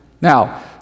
Now